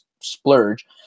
splurge